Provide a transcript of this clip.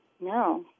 No